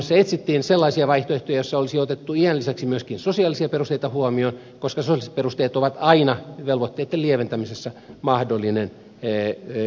valiokunnassa etsittiin sellaisia vaihtoehtoja joissa olisi otettu iän lisäksi myöskin sosiaalisia perusteita huomioon koska sosiaaliset perusteet ovat aina velvoitteitten lieventämisessä mahdollinen peruste